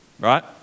right